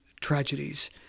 tragedies